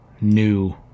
new